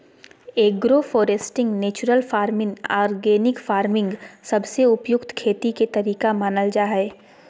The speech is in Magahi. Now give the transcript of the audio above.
agro foresting, natural farming, organic farming सबसे उपयुक्त खेती के तरीका मानल जा हय